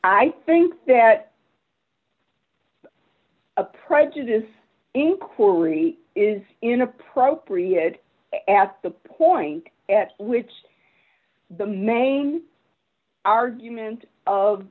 i think that a prejudice inquiry is inappropriate at the point at which the main argument of